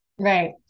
Right